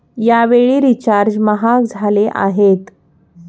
यावेळी रिचार्ज महाग झाले आहेत